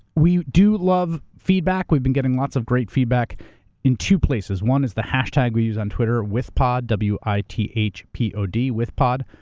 we do love feedback, we've been getting lots of great feedback in two places. one is the hashtag we use on twitter withpod, w i t h p o d, withpod.